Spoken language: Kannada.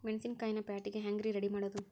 ಮೆಣಸಿನಕಾಯಿನ ಪ್ಯಾಟಿಗೆ ಹ್ಯಾಂಗ್ ರೇ ರೆಡಿಮಾಡೋದು?